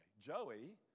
Joey